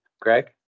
Greg